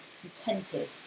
contented